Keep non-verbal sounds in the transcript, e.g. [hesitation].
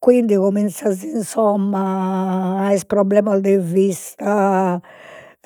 Quindi cominzas insomma [hesitation] a aer problemas de vista [hesitation]